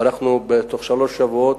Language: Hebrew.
אנחנו בתוך שלושה שבועות,